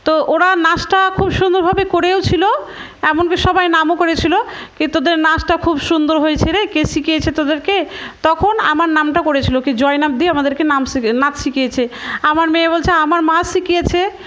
তো ওরা নাচটা খুব সুন্দরভাবে করেও ছিলো এমনকি সবাই নামও করেছিলো কী তোদের নাচটা খুব সুন্দর হয়েছে রে কে শিখিয়েছে তোদেরকে তখন আমার নামটা করেছিলো কি জয়নাব দি আমাদেরকে নাচ শিখিয়েছে শিখিয়েছে আমার মেয়ে বলছে আমার মা শিখিয়েছে